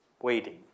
waiting